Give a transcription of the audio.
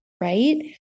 Right